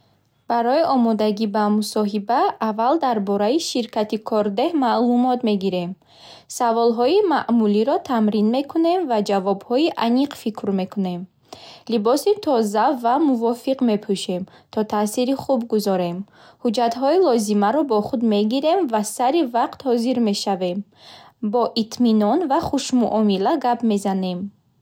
Барои омодагӣ ба мусоҳиба, аввал дар бораи ширкати кордеҳ маълумот мегирем. Саволҳои маъмулиро тамрин мекунем ва ҷавобҳои аниқ фикр мекунем. Либоси тоза ва мувофиқ мепӯшем, то таъсири хуб гузорем. Ҳуҷҷатҳои лозимаро бо худ мегирем ва сари вақт ҳозир мешавем. Бо итминон ва хушмуомила гап мезанем.